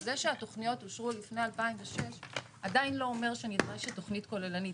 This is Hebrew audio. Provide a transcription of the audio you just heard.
זה שהתכניות אושרו לפני 2006 עדיין לא אומר שנדרשת תכנית כוללנית.